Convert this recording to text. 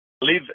live